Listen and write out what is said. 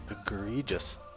egregious